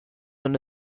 and